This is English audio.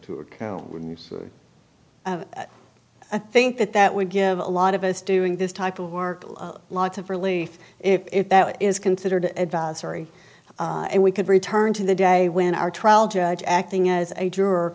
or i think that that would give a lot of us doing this type of work lots of relief if that is considered advisory and we could return to the day when our trial judge acting as a juror